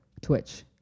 Twitch